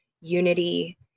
unity